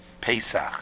Pesach